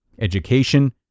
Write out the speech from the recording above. education